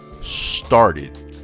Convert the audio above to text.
Started